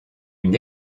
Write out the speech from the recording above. une